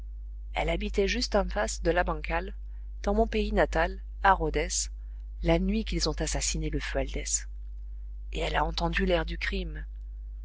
elle habitait juste en face de la bancal dans mon pays natal à rodez la nuit qu'ils ont assassiné le fualdès et elle a entendu l'air du crime